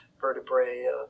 vertebrae